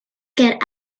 get